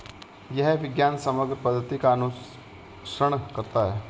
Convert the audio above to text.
यह विज्ञान समग्र पद्धति का अनुसरण करता है